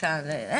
שלנו.